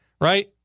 Right